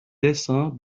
dessin